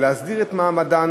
ולהסדיר את מעמדן